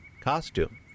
costume